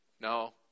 No